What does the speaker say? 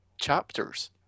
chapters